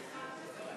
סליחה.